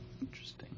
interesting